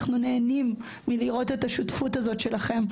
אנחנו נהנים מלראות את השותפות הזאת שלכם,